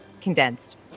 condensed